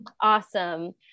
Awesome